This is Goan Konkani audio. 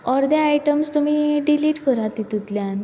अर्दे आयटम्स तुमी डिलीट करात तातूंतल्यान